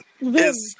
Yes